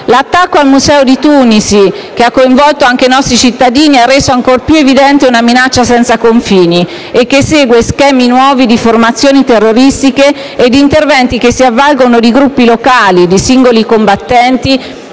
L'attacco al museo di Tunisi, che ha coinvolto anche nostri cittadini, ha reso ancor più evidente una minaccia senza confini e che segue schemi nuovi di formazioni terroristiche e di interventi che si avvalgono di gruppi locali, di singoli combattenti